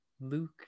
Luke